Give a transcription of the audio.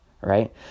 right